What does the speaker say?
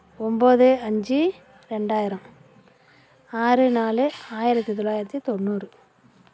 ஒம்பது அஞ்சு ரெண்டாயிரம் ஆறு நாலு ஆயிரத்து தொள்ளாயிரத்தி தொண்ணூறு